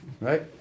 right